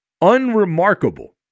unremarkable